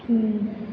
हम्म